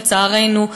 לצערנו,